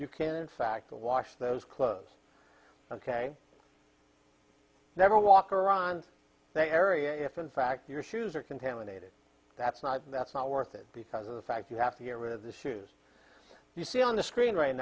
you can in fact go wash those clothes ok never walk around the area if in fact your shoes are contaminated that's not that's not worth it because of the fact you have to get rid of the shoes you see on the screen right